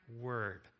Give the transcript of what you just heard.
word